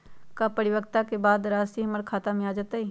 का परिपक्वता के बाद राशि हमर खाता में आ जतई?